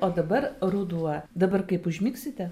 o dabar ruduo dabar kaip užmigsite